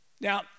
Now